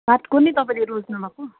काठको नि तपाईँले रोज्नु भएको